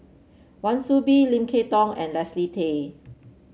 Wan Soon Bee Lim Kay Tong and Leslie Tay